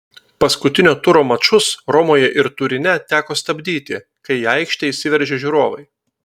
paskutinio turo mačus romoje ir turine teko stabdyti kai į aikštę įsiveržė žiūrovai